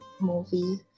movie